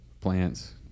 plants